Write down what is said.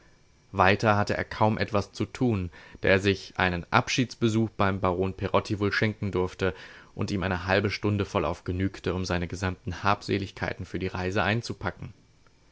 weiter hatte er kaum etwas zu tun da er sich einen abschiedsbesuch beim baron perotti wohl schenken durfte und ihm eine halbe stunde vollauf genügte um seine gesamten habseligkeiten für die reise einzupacken